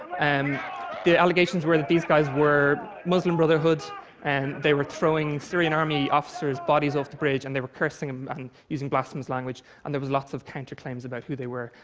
the allegations were that these guys were muslim brotherhood and they were throwing syrian army officers' bodies off the bridge, and they were cursing um and using blasphemous language, and there were lots of counterclaims about who they were,